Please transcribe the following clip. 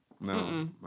No